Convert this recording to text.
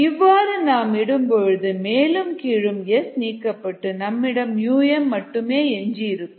இவ்வாறு நாம் இடும் பொழுது மேலும் கீழும் S நீக்கப்பட்டு நம்மிடம் mமட்டுமே எஞ்சி இருக்கும்